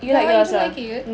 ya why you don't like it